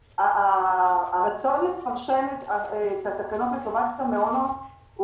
הרצון לפרשן את התקנות לטובת המעונות הוא